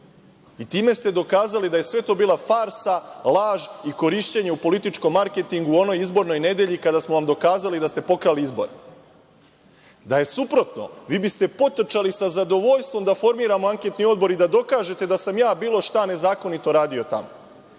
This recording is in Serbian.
i time ste dokazali da je sve to bila farsa, laž i korišćenje u političkom marketingu, u onoj izbornoj nedelji kada smo vam dokazali da ste pokrali izbore. Da je suprotno vi biste potrčali sa zadovoljstvom da formiramo anketni odbor i da dokažete da sam ja bilo šta nezakonito radio tamo.